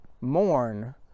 Mourn